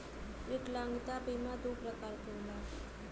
विकलागंता बीमा दू प्रकार क होला